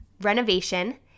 renovation